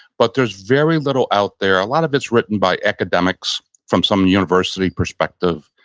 but there's very little out there. a lot of it's written by academics from some university perspective,